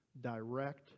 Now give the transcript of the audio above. direct